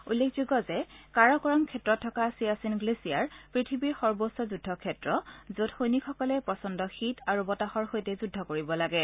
উল্লেখযোগ্য যে কাৰাকোৰম ক্ষেত্ৰত থকা চিয়াচীন গ্লেচিয়াৰ পৃথিৱী সৰ্বোচ্চ যুদ্ধ ক্ষেত্ৰ যত সৈনিকসকলে প্ৰচণ্ড শীত আৰু বতাহৰ সৈতে যুদ্ধ কৰিব লাগে